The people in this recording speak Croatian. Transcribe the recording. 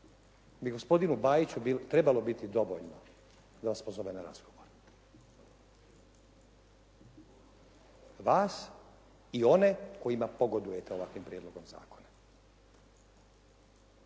bi gospodinu Bajiću trebalo biti dovoljno da vas pozove na razgovor, vas i one kojima pogodujete ovakvim prijedlogom zakona